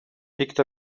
picked